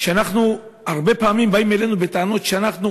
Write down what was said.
שהרבה פעמים באים אלינו בטענות שאנחנו